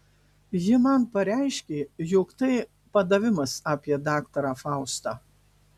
jie man pareiškė jog tai padavimas apie daktarą faustą